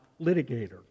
litigator